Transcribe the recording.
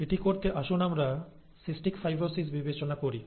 এটি করতে আসুন আমরা সিস্টিক ফাইব্রোসিস বিবেচনা করি